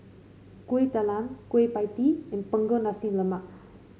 Kuih Talam Kueh Pie Tee and Punggol Nasi Lemak